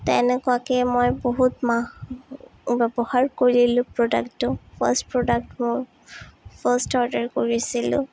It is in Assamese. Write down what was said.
তেনেকুৱাকৈ মই বহুত মাহ ব্যৱহাৰ কৰিলোঁ প্ৰডাক্টটো ফাৰ্ষ্ট প্ৰডাক্ট মোৰ ফাৰ্ষ্ট অৰ্ডাৰ কৰিছিলোঁ